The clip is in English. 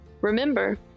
Remember